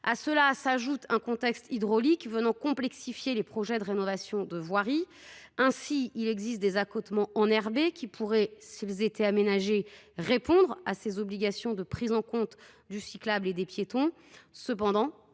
À cela s’ajoute un contexte hydraulique qui complexifie les projets de rénovation de voiries. Il existe ainsi des accotements enherbés qui pourraient, s’ils étaient aménagés, répondre aux obligations de prise en compte du cyclable et des piétons.